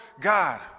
God